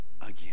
again